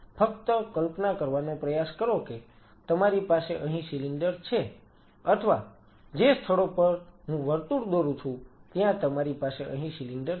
ફક્ત કલ્પના કરવાનો પ્રયાસ કરો કે તમારી પાસે અહીં સિલિન્ડર છે અથવા જે સ્થળો પર હું વર્તુળ દોરું છું ત્યાં તમારી પાસે અહીં સિલિન્ડર છે